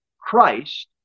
Christ